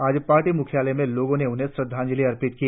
आज पार्टी मुख्यालय में लोगों ने उन्हे श्रद्धांजलि अर्पित की